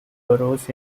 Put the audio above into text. boroughs